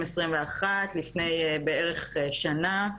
לפני בערך שנה.